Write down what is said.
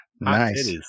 Nice